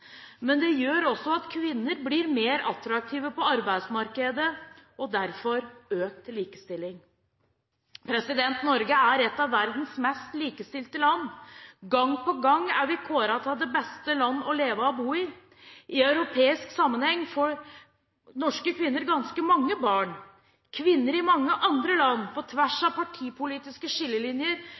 Men den gjør også at kvinner blir mer attraktive på arbeidsmarkedet, og gir derfor økt likestilling. Norge er et av verdens mest likestilte land. Gang på gang er vi kåret til det beste landet å leve og bo i. I europeisk sammenheng får norske kvinner ganske mange barn. Kvinner i mange andre land – på tvers av partipolitiske skillelinjer